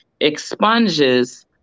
expunges